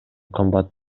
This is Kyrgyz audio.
кымбат